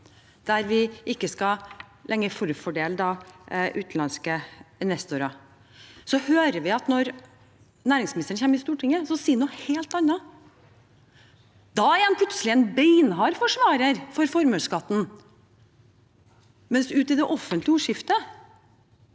der vi ikke lenger skal forfordele utenlandske investorer, men at når næringsministeren kommer i Stortinget, sier han noe helt annet. Da er han plutselig en beinhard forsvarer av formuesskatten, mens ute i det offentlige ordskiftet